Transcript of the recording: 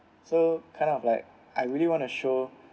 so kind of like I really want to show